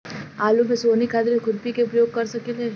आलू में सोहनी खातिर खुरपी के प्रयोग कर सकीले?